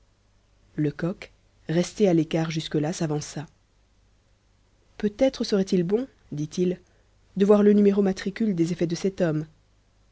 lecoq resté à l'écart jusque-là s'avança peut-être serait-il bon dit-il de voir le numéro matricule des effets de cet homme